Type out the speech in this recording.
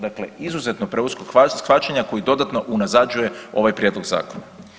Dakle, izuzetno pruskog shvaćanja koji dodatno unazađuje ovaj prijedlog zakona.